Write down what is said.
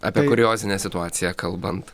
apie kuriozinę situaciją kalbant